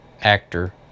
actor